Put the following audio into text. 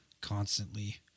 constantly